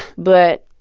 but,